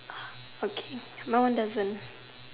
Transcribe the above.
okay my one doesn't